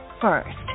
first